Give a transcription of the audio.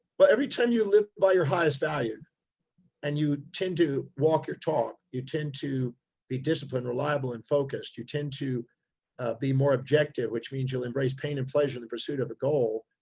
but every time you live by your highest value and you tend to walk your talk, you tend to be disciplined, reliable, and focused. you tend to be more objective, which means you'll embrace pain and pleasure in the pursuit of a goal,